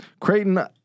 Creighton